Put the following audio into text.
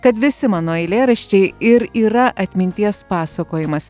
kad visi mano eilėraščiai ir yra atminties pasakojimas